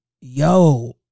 yo